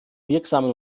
wirksamen